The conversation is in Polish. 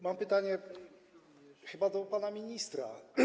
Mam pytanie, chyba do pana ministra.